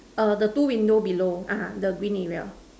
err the two window below ah the green area